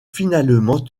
finalement